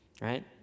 right